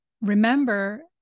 remember